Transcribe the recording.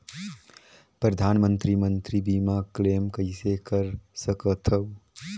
परधानमंतरी मंतरी बीमा क्लेम कइसे कर सकथव?